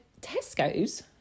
Tesco's